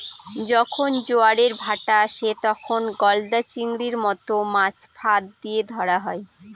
যখন জোয়ারের ভাঁটা আসে, তখন গলদা চিংড়ির মত মাছ ফাঁদ দিয়ে ধরা হয়